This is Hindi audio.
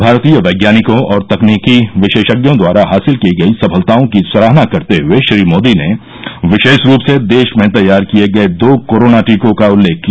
भारतीय वैज्ञानिकों और तकनिकी विशेषज्ञों द्वारा हासिल की गई सफलताओं की सराहना करते हुए श्री मोदी ने विशेष रूप से देश में तैयार किये गये दो कोरोना टीकों का उल्लेख किया